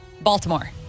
Baltimore